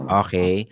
okay